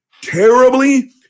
terribly